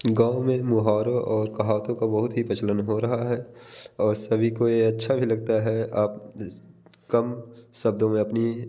गाँव में मुहावरे और कहावतों का बहुत ही प्रचलन हो रहा है और सभी को यह अच्छा भी लगता है आप कम शब्दों में अपनी